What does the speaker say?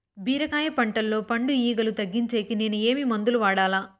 బీరకాయ పంటల్లో పండు ఈగలు తగ్గించేకి నేను ఏమి మందులు వాడాలా?